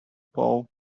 paw